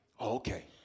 okay